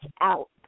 out